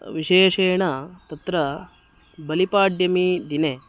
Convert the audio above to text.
विशेषेण तत्र बलिपाड्यमीदिने